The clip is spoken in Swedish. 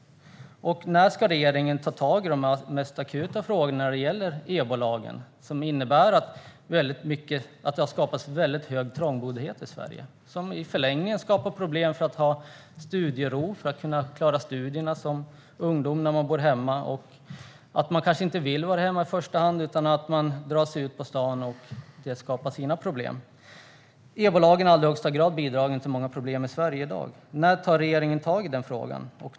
När ska regeringen ta tag i de mest akuta frågorna beträffande EBO-lagen? Den har medfört att det i Sverige har skapats väldigt hög trångboddhet, vilket i förlängningen ger problem om man som ungdom vill ha studiero och kunna klara av sina studier när man bor hemma. Man kanske inte vill vara hemma i första hand utan drar ut på stan, vilket skapar andra problem. EBO-lagen har i allra högsta grad bidragit till många problem i Sverige i dag. När tar regeringen tag i denna fråga?